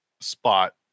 spot